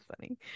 funny